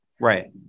Right